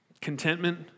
Contentment